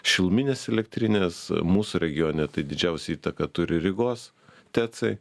šiluminės elektrinės mūsų regione tai didžiausią įtaką turi rygos tecai